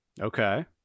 Okay